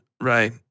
right